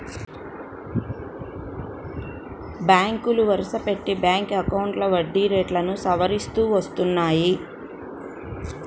బ్యాంకులు వరుసపెట్టి బ్యాంక్ అకౌంట్లపై వడ్డీ రేట్లను సవరిస్తూ వస్తున్నాయి